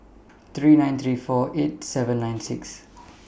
three nine three four eight seven nine six